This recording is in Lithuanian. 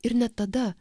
ir ne tada